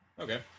Okay